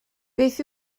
beth